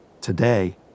Today